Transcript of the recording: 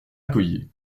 accoyer